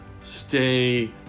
stay